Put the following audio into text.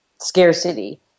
scarcity